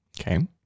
okay